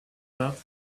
that